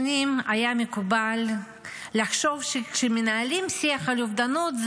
שנים היה מקובל לחשוב שכשמנהלים שיח על אובדנות,